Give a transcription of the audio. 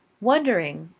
wondering,